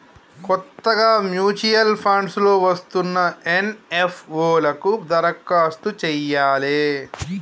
కొత్తగా mutual funds లో వస్తున్న ఎన్.ఎఫ్.ఓ లకు దరఖాస్తు చెయ్యాలే